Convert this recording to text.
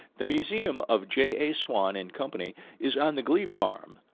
the museum of j a. swan and company is on the glebe farm.